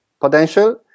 potential